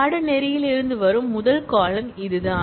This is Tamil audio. பாடநெறியில் இருந்து வரும் முதல் காலம்ன் இதுதான்